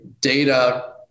data